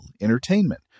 entertainment